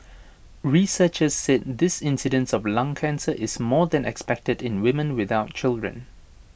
researchers said this incidence of lung cancer is more than expected in women without children